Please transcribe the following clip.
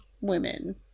women